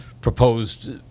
proposed